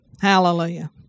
Hallelujah